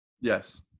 Yes